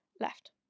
left